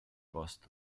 post